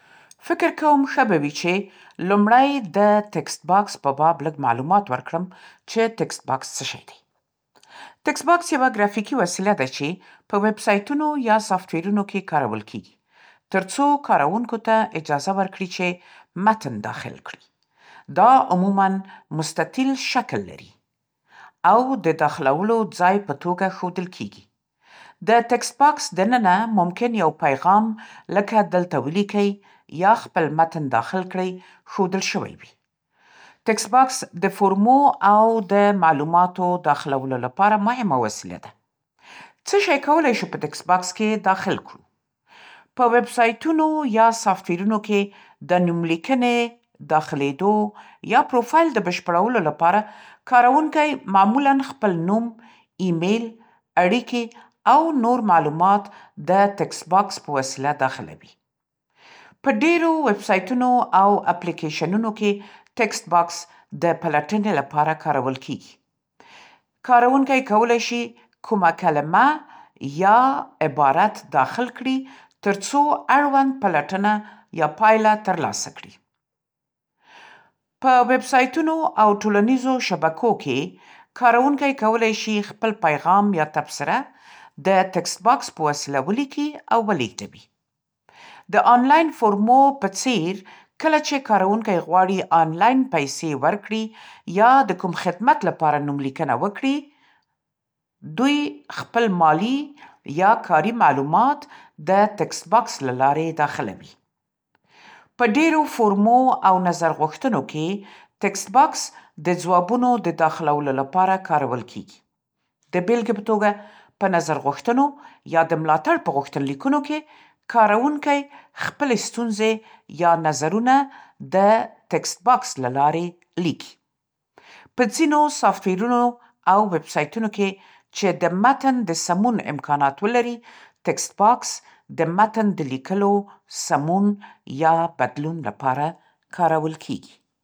فکر کوم ښه به وي چې لومړی د تکست‌باکس په باب لږ معلومات ورکړم چې تکست‌باکس څه شی دی! تکست‌باکس یوه ګرافیکي وسیله ده چې په ویب‌سایټونو یا سافټویرونو کې کارول کیږي، ترڅو کاروونکو ته اجازه ورکړي چې متن داخل کړي. دا عموماً مستطیل شکل لرياو د داخلولو ځای په توګه ښودل کیږي. د تکست‌باکس دننه ممکن یو پیغام لکه “دلته ولیکئ” یا “خپل متن داخل کړئ” ښودل شوی وي. تکست‌باکس د فورمو او د معلوماتو داخلولو لپاره مهمه وسیله ده. څه شی کولی شو په تکست باکس کې داخل کړو؟ په ویب‌سایټونو یا سافټویرونو کې د نوم لیکنې، داخلیدو، یا پروفایل د بشپړولو لپاره کاروونکی معمولاً خپل نوم، ایمیل، اړیکي او نور معلومات د تکست‌باکس په وسیله داخلوي. په ډېرو ویب‌سایټونو او اپلیکیشنونو کې، تکست‌باکس د پلټنې لپاره کارول کیږي. کاروونکی کولی شي کومه کلمه یا عبارت داخل کړي تر څو اړوند پلټنه یا پایله ترلاسه کړي. په ویب‌سایټونو او ټولنیزو شبکو کې، کاروونکی کولی شي خپل پیغام یا تبصره د تکست‌باکس په وسیله ولیکي او ولېږدوي. د آنلاین فورمو په څېر، کله چې کاروونکی غواړي آنلاین پیسې ورکړي یا د کوم خدمت لپاره نوملیکنه وکړي، دوی خپل مالي یا کاري معلومات د تکست‌باکس له لارې داخلوي. په ډېرو فورمو او نظرغوښتنو کې، تکست‌باکس د ځوابونو د داخلولو لپاره کارول کیږي. د بېلګې په توګه، په نظرغوښتنو یا د ملاتړ په غوښتنلیکونو کې، کاروونکي خپلې ستونزې یا نظرونه د تکست‌باکس له لارې لیکي. په ځینو سافټویرونو او ویب‌سایټونو کې چې د متن د سمون امکانات ولري، تکست‌باکس د متن د لیکلو، سمون یا بدلون لپاره کارول کیږي.